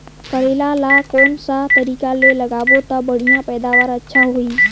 करेला ला कोन सा तरीका ले लगाबो ता बढ़िया पैदावार अच्छा होही?